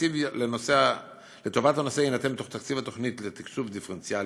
התקציב לטובת הנושא יינתן מתוך תקציב התוכנית לתקצוב דיפרנציאלי.